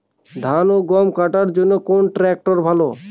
ধান ও গম কাটার জন্য কোন ট্র্যাক্টর ভালো?